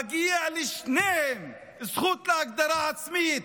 מגיעה לשניהם זכות להגדרה עצמית.